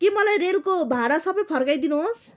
कि मलाई रेलको भाडा सबै फर्काइदिनुहोस्